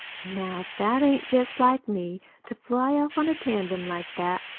now, if that ain't jest like me, to fly off on a tandem like that,